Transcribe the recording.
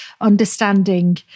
understanding